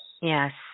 Yes